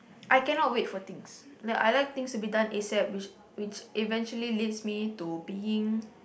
I cannot wait for things like I like things to be done a_s_a_p which which eventually leads me to being